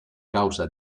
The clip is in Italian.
causa